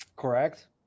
Correct